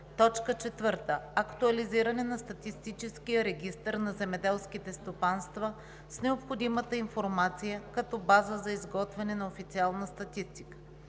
4. актуализиране на статистическия регистър на земеделските стопанства с необходимата информация като база за изготвяне на официална статистика;